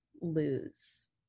lose